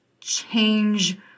change